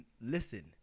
listen